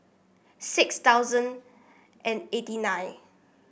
six thousand and eighty nine